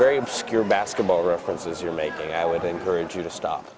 very obscure basketball references you're making i would encourage you to stop